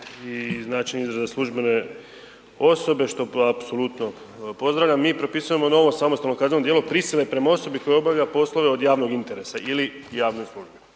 i znači i za službene osobe, što po apsolutno pozdravljam, mi propisujemo novo samostalno kazneno djelo, prisile prema osobi koja obavlja poslove od javnog interesa ili javne službe